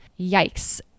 Yikes